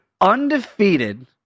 undefeated